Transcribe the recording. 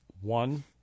One